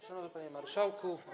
Szanowny Panie Marszałku!